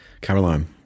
Caroline